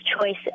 choices